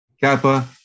Kappa